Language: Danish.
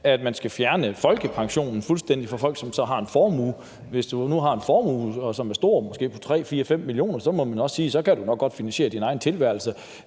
at man skal fjerne folkepensionen fuldstændig for folk, som har en formue. Hvis du har en stor formue på måske 3, 4 eller 5 mio. kr., må man også sige, at du nok godt kan finansiere din egen tilværelse.